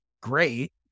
great